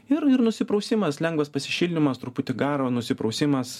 ir ir nusiprausimas lengvas pasišildymas truputį garo nusiprausimas